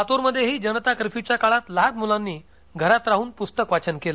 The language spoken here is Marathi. लातूरमध्येही जनता कर्फ्यूच्या काळात लहान मुलांनी घरात राहून पुस्तक वाचन केलं